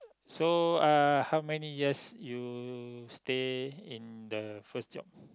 so uh how many years you stay in the first job